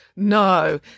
No